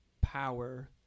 power